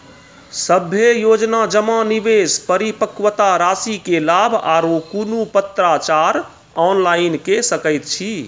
सभे योजना जमा, निवेश, परिपक्वता रासि के लाभ आर कुनू पत्राचार ऑनलाइन के सकैत छी?